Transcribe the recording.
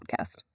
podcast